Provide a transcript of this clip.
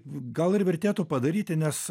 gal ir vertėtų padaryti nes